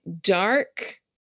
dark